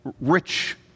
rich